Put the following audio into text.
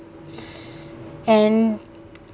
and